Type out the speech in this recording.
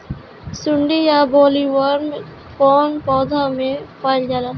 सुंडी या बॉलवर्म कौन पौधा में पाइल जाला?